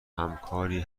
همکاری